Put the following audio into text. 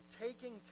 taking